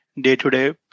day-to-day